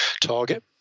target